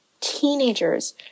teenagers